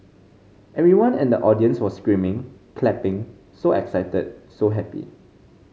everyone in the audience was screaming clapping so excited so happy